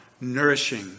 nourishing